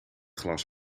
glas